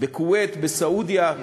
בכוויית, בסעודיה,